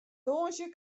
tongersdei